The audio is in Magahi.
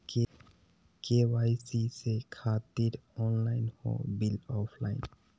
के.वाई.सी से खातिर ऑनलाइन हो बिल ऑफलाइन?